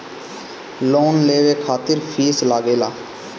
Loan लेवे खातिर fees लागेला?